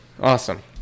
Awesome